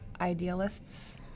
idealists